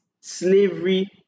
slavery